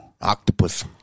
Octopus